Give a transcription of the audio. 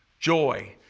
joy